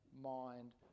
mind